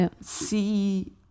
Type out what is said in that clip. see